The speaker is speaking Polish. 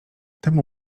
temu